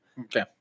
Okay